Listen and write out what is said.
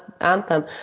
anthem